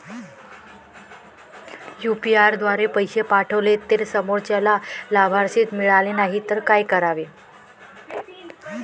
UPI द्वारे पैसे पाठवले आणि ते समोरच्या लाभार्थीस मिळाले नाही तर काय करावे?